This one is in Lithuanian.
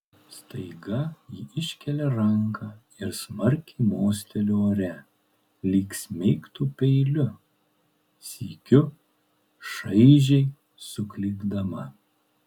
staiga ji iškelia ranką ir smarkiai mosteli ore lyg smeigtų peiliu sykiu šaižiai suklykdama